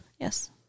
Yes